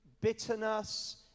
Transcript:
bitterness